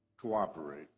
cooperate